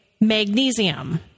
magnesium